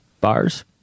Bars